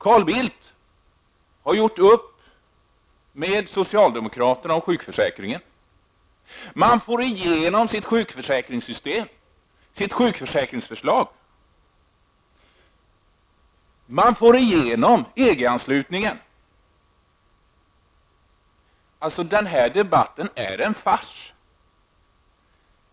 Carl Bildt har gjort upp med socialdemokraterna om sjukförsäkringen. Han får igenom sitt sjukförsäkringsförslag. Han får igenom sitt förslag om EG-anslutningen. Alltså är den här debatten en fars!